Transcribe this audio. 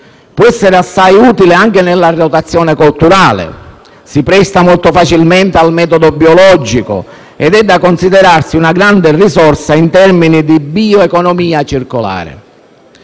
Può essere assai utile nella rotazione colturale; si presta molto facilmente al metodo biologico ed è da considerarsi una grande risorsa in termini di bioeconomia circolare.